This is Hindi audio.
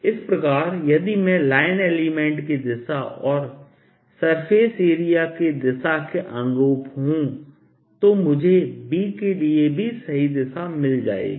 इस प्रकार यदि मैं लाइन एलिमेंट की दिशा और सरफेस एरिया की दिशा के अनुरूप हूं तो मुझे B के लिए भी सही दिशा मिल जाएगी